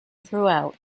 throughout